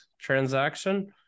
transaction